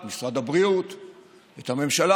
את משרד הבריאות ואת הממשלה,